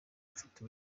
mfite